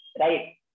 Right